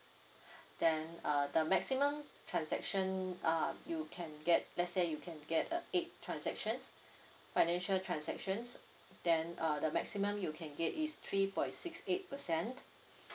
then uh the maximum transaction uh you can get let's say you can get uh eight transactions financial transactions then uh the maximum you can get is three point six eight percent